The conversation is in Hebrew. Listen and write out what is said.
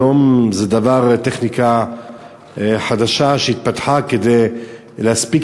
היום זו טכניקה חדשה שהתפתחה כדי להספיק